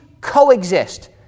coexist